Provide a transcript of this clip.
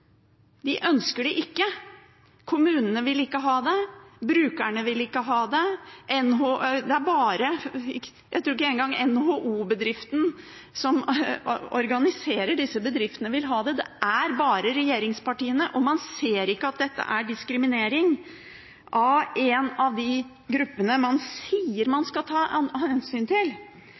De ønsker det ikke. Kommunene vil ikke ha det, brukerne vil ikke ha det, og jeg tror ikke engang NHO, som organiserer disse bedriftene, vil ha det. Det er bare regjeringspartiene som vil ha det, og man ser ikke at dette er diskriminering av en av de gruppene man sier man skal ta hensyn til.